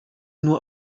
nur